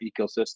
ecosystem